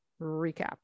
recap